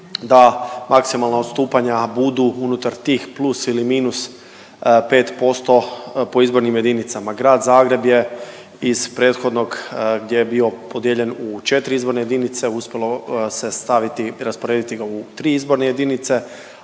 da maksimalna odstupanja budu unutar tih plus ili minus pet posto po izbornim jedinicama. Grad Zagreb je iz prethodnog gdje je bio podijeljen u 4 izborne jedinice uspjelo se staviti, rasporediti ga u tri izborne jedinice,